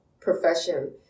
profession